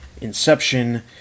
Inception